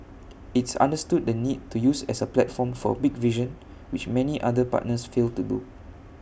it's understood the need to use as A platform for A big vision which many other partners fail to do